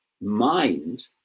mind